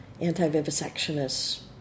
anti-vivisectionists